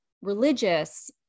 religious